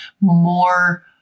more